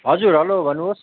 हजुर हेलो भन्नुहोस्